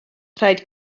rhaid